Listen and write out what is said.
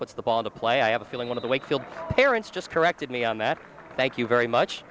puts the ball into play i have a feeling one of the wakefield parents just corrected me on that thank you very much